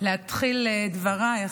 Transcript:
להתחיל את דבריי,